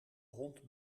hond